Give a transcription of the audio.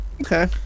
Okay